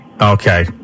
Okay